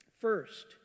First